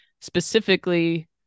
specifically